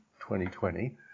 2020